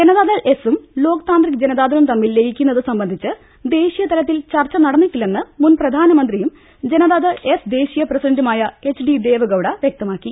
ജനതാദൾ എസും ലോക് താന്ത്രിക് ജനതാദളും തമ്മിൽ ലയി ക്കുന്നത് സംബന്ധിച്ച് ദേശീയതലത്തിൽ ചർച്ച നടന്നിട്ടില്ലെന്ന് മുൻപ്രധാനമന്ത്രിയും ജനതാദൾ എസ് ദേശീയ പ്രസിഡന്റുമായ എച്ച് ഡി ദേവഗൌഡ വ്യക്തമാക്കി